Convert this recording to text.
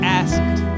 asked